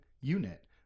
unit